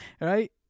Right